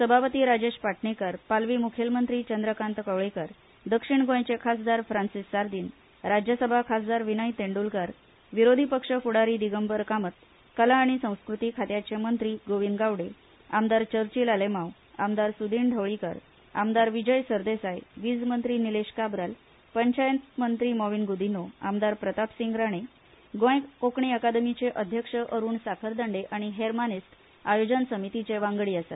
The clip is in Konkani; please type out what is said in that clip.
सभापती राजेश पाटणेकार पालवी म्खेलमंत्री चंद्रकांत कवळेकार दक्षिण गोंयचे खासदार फ्रान्सिस सार्दिन राज्यसभा खासदार विनय तेंडुलकार विरोधी पक्ष फ्डारी दिगंबर कामत कला आनी संस्कृती खात्याचे मंत्री गोविंद गावडे आमदार चर्चिल आलेमाव आमदार सुदिन ढवळीकार आमदार विजय सरदेसाय वीजमंत्री निलेश काब्राल पंचायत मंत्री मॉविन गुदिन्हो आमदार प्रतापसिंग राणे गोंंय कोंकणी अकादेमीचे अध्यक्ष अरूण साखरदांडे आनी हेर मानेस्त आयोजन समितीचे वांगडी आसा